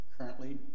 Currently